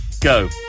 go